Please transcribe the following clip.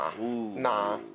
Nah